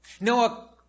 Noah